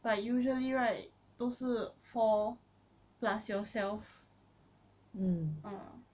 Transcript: but usually right 都是 four plus yourself ah